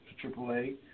triple-A